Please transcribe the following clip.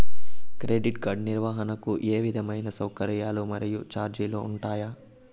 Credit card నిర్వహణకు ఏ విధమైన సౌకర్యాలు మరియు చార్జీలు ఉంటాయా?